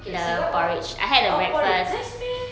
K_F_C what what oh porridge nice meh